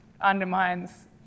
undermines